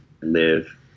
live